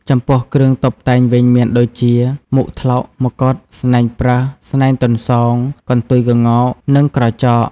ចំពោះគ្រឿងតុបតែងវិញមានដូចជា មុខត្លុក មកុដ ស្នែងប្រើស ស្នែងទន្សោង កន្ទុយក្ងោក និងក្រចក។